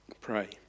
Pray